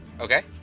Okay